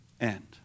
end